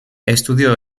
estudió